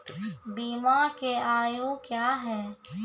बीमा के आयु क्या हैं?